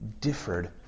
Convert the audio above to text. differed